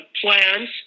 plans